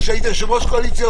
כשהייתי יושב ראש קואליציה,